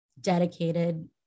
dedicated